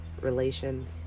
Relations